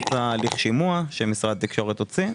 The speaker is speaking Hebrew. יצא הליך שימוע משרד התקשורת הוציא.